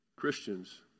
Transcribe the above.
Christians